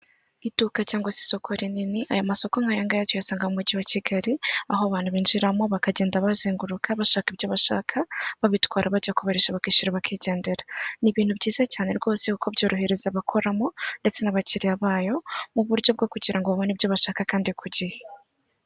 Iduka cyangwa si isoko rinini aya masoko nk'aya ngaha yasanga mu umujyi wa Kigali aho abantu binjiramo bakagenda bazenguruka bashaka ibyo bashaka babitwara bajya kubarisha bakishyura bakigendera, ni ibintu byiza cyane rwose kuko byorohereza bakoramo ndetse n'abakiriya bayo mu buryo bwo kugira babone ibyo bashaka kandi ku gihe.